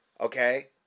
okay